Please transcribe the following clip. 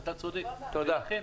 ולכן,